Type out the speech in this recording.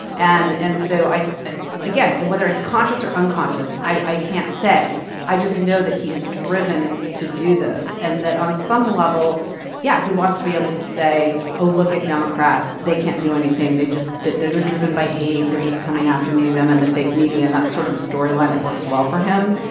and and so i again. and whether it's conscious or unconscious i i can't say i just know that he is driven to do this and that on some level yeah he wants to be able to say oh look at democrats they can't do anything they just are driven by hate. they're just coming after me them and the fake media and that's sort of a storyline that works well for him.